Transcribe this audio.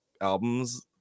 albums